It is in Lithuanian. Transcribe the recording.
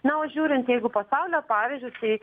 na o žiūrint jeigu pasaulio pavyzdžius tai